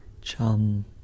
Chum